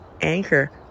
anchor